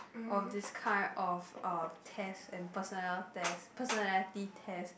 of this kind of uh test and personal test personality test